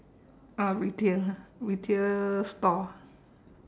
ah retail ah retail store